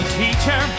teacher